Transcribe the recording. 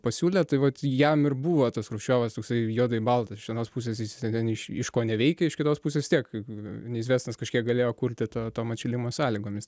pasiūlė tai vat jam ir buvo tas chruščiovas toksai juodai baltas iš vienos pusės jisai ten iš iškoneveikė iš kitos pusės vis tiek neizvestnas kažkiek galėjo kurti to tom atšilimo sąlygom jis tai